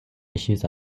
issues